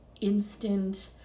instant